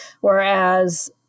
whereas